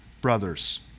brothers